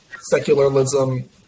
secularism